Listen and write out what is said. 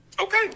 Okay